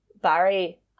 Barry